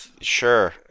Sure